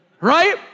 Right